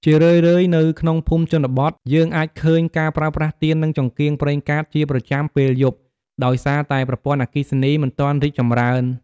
ជារឿយៗ នៅក្នុងភូមិជនបទ យើងអាចឃើញការប្រើប្រាស់ទៀននិងចង្កៀងប្រេងកាតជាប្រចាំពេលយប់ ដោយសារតែប្រព័ន្ធអគ្គិសនីមិនទាន់រីកចម្រើន។